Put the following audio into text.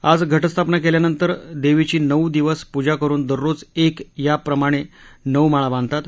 आज घटस्थापना केल्यानंतर देवीची नऊ दिवस पूजा करुन दररोज एक याप्रमाणे नऊ माळा बांधतात